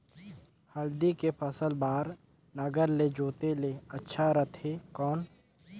हल्दी के फसल बार नागर ले जोते ले अच्छा रथे कौन?